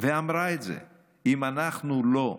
מאה אחוז.